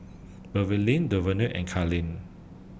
Beverly Devonte and Kalene